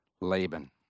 Laban